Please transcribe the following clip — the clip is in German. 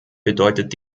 bedeutet